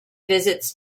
visits